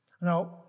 Now